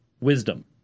wisdom